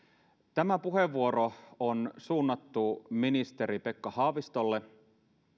tämä puheenvuoro on suunnattu ministeri pekka haavistolle